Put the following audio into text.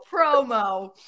promo